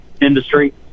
industry